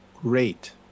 great